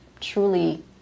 truly